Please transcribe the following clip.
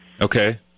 Okay